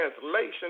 translation